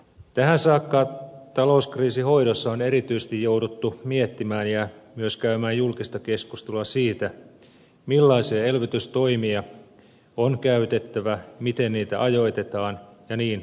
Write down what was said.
tähän saakka talouskriisin hoidossa on erityisesti jouduttu miettimään sitä ja myös käymään julkista keskustelua siitä millaisia elvytystoimia on käytettävä miten niitä ajoitetaan ja niin edelleen